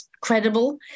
credible